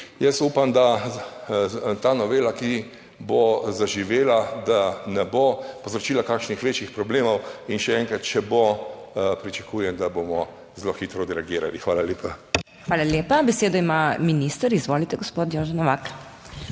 Jaz upam, da ta novela, ki bo zaživela, da ne bo povzročila kakšnih večjih problemov in še enkrat, če bo, pričakujem, da bomo zelo hitro odreagirali. Hvala lepa. PODPREDSEDNICA MAG. MEIRA HOT: Hvala lepa. Besedo ima minister, izvolite gospod Jože Novak.